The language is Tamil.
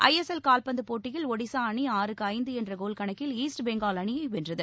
ஐ எஸ் எல் கால்பந்து போட்டியில் ஒடிசா அணி ஆறுக்கு ஐந்து என்ற கோல் கணக்கில் ஈஸ்ட் பெங்கால் அணியை வென்றது